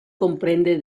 comprende